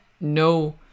no